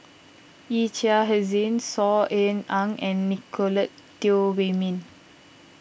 Yee Chia Hsing Saw Ean Ang and Nicolette Teo Wei Min